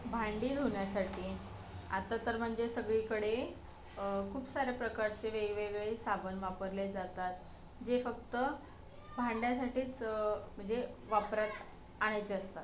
भांडी धुण्यासाठी आता तर म्हणजे सगळीकडे खूप साऱ्या प्रकारचे वेगवेगळे साबण वापरले जातात जे फक्त भांड्यासाठीच म्हणजे वापरात आणायचे असतात